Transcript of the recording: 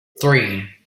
three